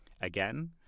Again